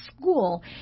school